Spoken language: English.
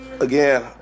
again